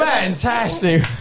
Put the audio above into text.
Fantastic